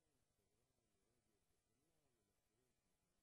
23 חברי כנסת בעד,